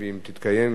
היא תתקיים,